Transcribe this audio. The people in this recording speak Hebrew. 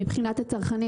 מבחינת הצרכנים,